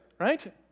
right